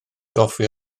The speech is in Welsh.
goffi